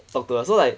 talk to her so like